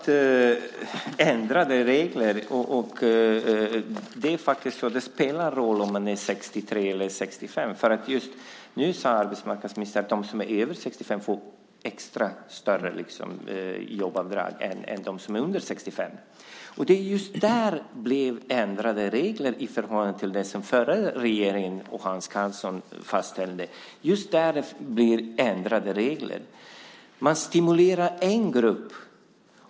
Herr talman! De ändrade reglerna spelar faktiskt roll om man är 63 eller 65 år. Nu säger arbetsmarknadsministern att de som är över 65 år får ett större jobbavdrag än de som är under 65 år. Det är just där som det blir ändrade regler i förhållande till de som den förra regeringen och Hans Karlsson fastställde. Man stimulerar en grupp.